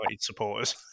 supporters